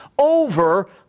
over